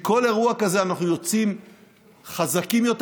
מכל אירוע כזה אנחנו יוצאים חזקים יותר